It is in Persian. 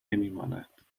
نمیماند